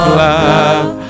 love